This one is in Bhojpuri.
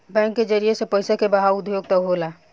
बैंक के जरिए से पइसा के बहाव उद्योग तक होला